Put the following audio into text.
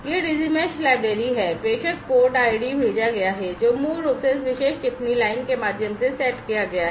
यह Digi mesh library है प्रेषक पोर्ट आईडी भेजा गया है जो मूल रूप से इस विशेष टिप्पणी लाइन के माध्यम से सेट किया गया है